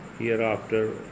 Hereafter